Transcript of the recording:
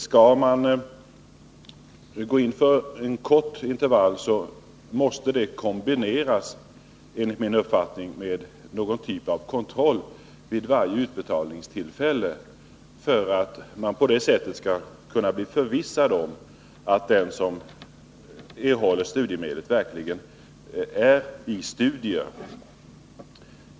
Skall man gå in för en kort intervall måste det enligt min uppfattning kombineras med någon typ av kontroll vid varje utbetalningstillfälle, för att man på det sättet skall bli förvissad om att den som erhåller studiemedel verkligen bedriver studier.